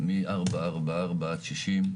מ-444 עד 60,